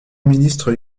ministre